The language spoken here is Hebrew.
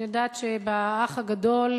אני יודעת שב"אח הגדול",